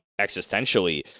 existentially